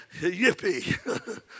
Yippee